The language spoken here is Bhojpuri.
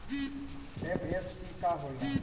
एम.एफ.सी का होला?